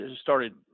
started